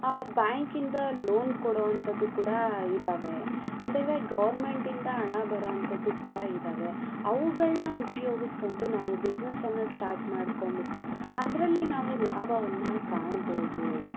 ಬ್ಯಾಂಕಿಂದ ಲೋನ್ ಕೊಡುವಂತದ್ದು ಕೂಡ ಇದಾವೆ ಜೊತೆಗೆ ಗೌರ್ಮೆಂಟಿಂದ ಹಣ ಬರುವಂತದ್ದು ಕೂಡ ಇದಾವೆ ಅವುಗಳನ್ನ ಉಪಯೋಗಿಸಿಕೊಂಡು ನಾವು ಬಿಸ್ನೆಸನ್ನು ಸ್ಟಾರ್ಟ್ ಮಾಡ್ಕೊಂಡು ಬಿಟ್ಟು ಅದರಲ್ಲಿ ನಾವು ಲಾಭವನ್ನು ಕಾಣ್ಬೋದು